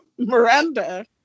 Miranda